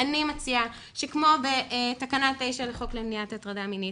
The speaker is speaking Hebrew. אני מציעה שכמו בתקנה 9 לחוק למניעת הטרדה מינית,